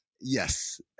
Yes